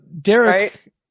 Derek